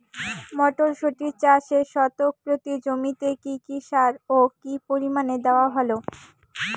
মটরশুটি চাষে শতক প্রতি জমিতে কী কী সার ও কী পরিমাণে দেওয়া ভালো?